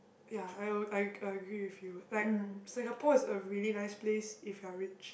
ya I would I I agree with you like Singapore is a really nice place if you're rich